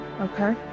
okay